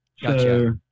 Gotcha